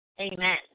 Amen